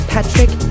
Patrick